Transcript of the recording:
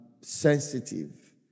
sensitive